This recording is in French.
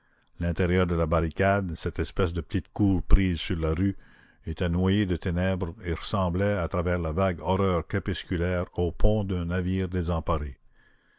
l'intérieur de la barricade cette espèce de petite cour prise sur la rue était noyé de ténèbres et ressemblait à travers la vague horreur crépusculaire au pont d'un navire désemparé